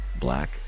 Black